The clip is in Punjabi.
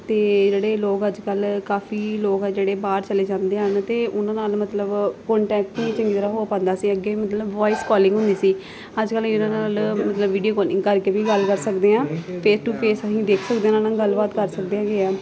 ਤੇ ਜਿਹੜੇ ਲੋਕ ਅੱਜ ਕੱਲ ਕਾਫੀ ਲੋਕ ਆ ਜਿਹੜੇ ਬਾਹਰ ਚਲੇ ਜਾਂਦੇ ਹਨ ਤੇ ਉਹਨਾਂ ਨਾਲ ਮਤਲਬ ਕੋਂਟੈਕਟ ਹੀ ਚੰਗੀ ਤਰਾਂ ਹੋ ਪਾਂਦਾ ਸੀ ਅੱਗੇ ਮਤਲਬ ਵੋਇਸ ਕਾਲਿੰਗ ਹੁੰਦੀ ਸੀ ਅੱਜ ਕੱਲ ਜਿਹਦੇ ਨਾਲ ਮਤਲਬ ਵੀਡੀਓ ਕਾਲਿੰਗ ਕਰਕੇ ਵੀ ਗੱਲ ਕਰ ਸਕਦੇ ਆਂ ਫੇਸ ਟੂ ਫੇਸ ਅਸੀਂ ਦੇਖ ਸਕਦੇ ਉਹਨਾਂ ਨਾਲ ਗੱਲ ਬਾਤ ਕਰ ਸਕਦੇ ਹੈਗੇ ਆ